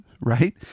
right